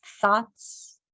Thoughts